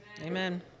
Amen